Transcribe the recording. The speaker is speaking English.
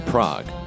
Prague